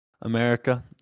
America